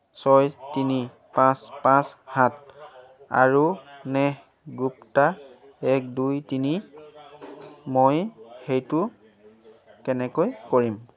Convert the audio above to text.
ছয় তিনি পাঁচ পাঁচ সাত আৰু নেহ গুপ্তা এক দুই তিনি মই সেইটো কেনেকৈ কৰিম